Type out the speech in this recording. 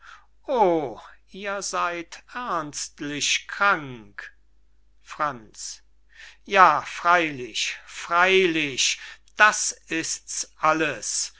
oh ihr seyd ernstlich krank franz ja freylich freylich das ists alles und